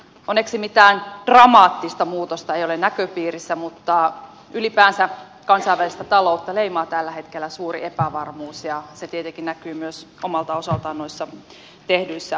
onneksi mitään dramaattista muutosta ei ole näköpiirissä mutta ylipäänsä kansainvälistä taloutta leimaa tällä hetkellä suuri epävarmuus ja se tietenkin näkyy omalta osaltaan myös noissa tehdyissä ennusteissa